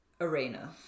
arena